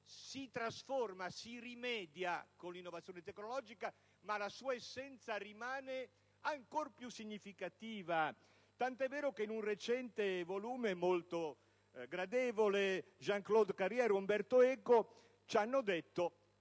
si trasforma, e si rimedia con l'innovazione tecnologica. La sua essenza rimane ancora più significativa, tant'è vero che, in un recente volume, molto gradevole, Jean Claude Carrière e Umberto Eco ci hanno detto: